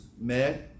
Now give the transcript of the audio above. mad